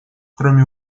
кроме